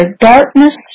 darkness